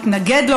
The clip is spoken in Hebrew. נתנגד לו,